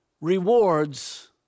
rewards